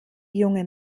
junge